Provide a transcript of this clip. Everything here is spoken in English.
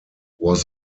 was